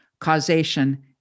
causation